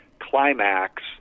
climax